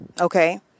Okay